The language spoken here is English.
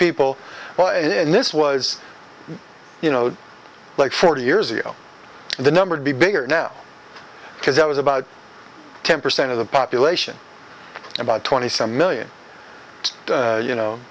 people in this was you know like forty years ago the number to be bigger now because that was about ten percent of the population about twenty some million you know